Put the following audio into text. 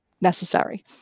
necessary